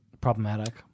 problematic